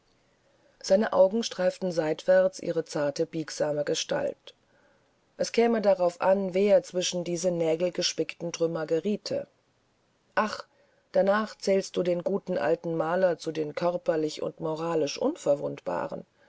seine augen streiften seitwärts ihre zarte biegsame gestalt es käme darauf an wer zwischen diese nägelgespickten trümmer geriete ah danach zählst du den guten alten maler zu den körperlich und moralisch unverwundbaren